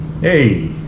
Hey